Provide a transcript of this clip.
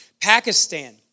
Pakistan